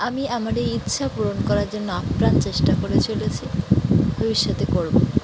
আমি আমার এই ইচ্ছা পূরণ করার জন্য আপ্রাণ চেষ্টা করে চলেছি ভবিষ্যতে করবো